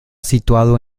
situado